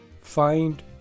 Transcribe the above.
find